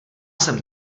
jsem